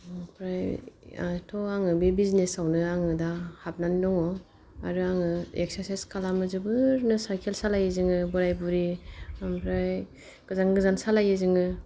ओमफ्राय दाथ' आङो बे बिजनेसावनो आङो दा हाबनानै दङ आरो आङो एक्सारसास खालामो जोबोरनो साइखेल सालायो जोङो बोराय बुरि ओमफ्राय गोजान गोजान सालायो जोङो